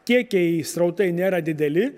kiekiai srautai nėra dideli